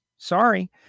Sorry